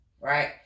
Right